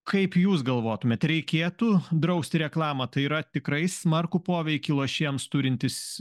kaip jūs galvotumėt reikėtų drausti reklamą tai yra tikrai smarkų poveikį lošėjams turintis